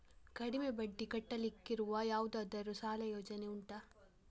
ಕಡಿಮೆ ಬಡ್ಡಿ ಕಟ್ಟಲಿಕ್ಕಿರುವ ಯಾವುದಾದರೂ ಸಾಲ ಯೋಜನೆ ಉಂಟಾ